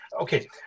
okay